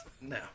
No